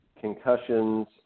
concussions